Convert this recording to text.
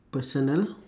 personal